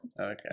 Okay